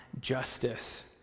justice